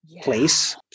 place